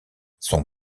son